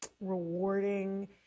rewarding